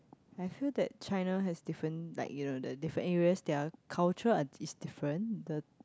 I feel that China has different like you know the different areas their culture are is different the